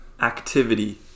activity